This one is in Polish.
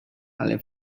ale